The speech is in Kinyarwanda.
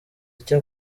icyo